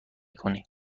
کنی